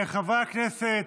חברי הכנסת,